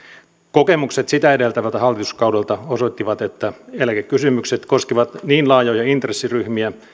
kokemukset sitä edeltävältä hallituskaudelta osoittivat että eläkekysymykset koskevat niin laajoja intressiryhmiä